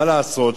מה לעשות,